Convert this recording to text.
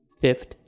Fifth